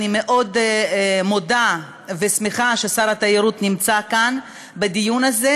אני מאוד מודה ושמחה ששר התיירות נמצא כאן בדיון הזה,